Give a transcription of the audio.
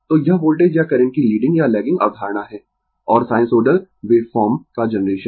तो यह वोल्टेज या करंट की लीडिंग या लैगिंग अवधारणा है और साइनसोइडल वेव फॉर्म का जनरेशन